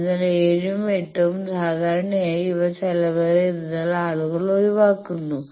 അതിനാൽ 7 ഉം 8 ഉം സാധാരണയായി ഇവ ചെലവേറിയതിനാൽ ആളുകൾ ഒഴിവാക്കുന്നു